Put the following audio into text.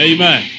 Amen